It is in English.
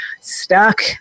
stuck